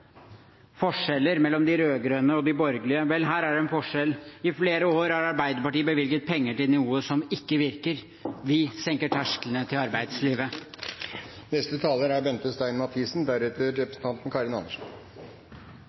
mellom de rød-grønne og de borgerlige. Her er en forskjell: I flere år har Arbeiderpartiet bevilget penger til noe som ikke virker. Vi senker terskelen til arbeidslivet. Jeg tok også ordet fordi jeg reagerte på representanten Karin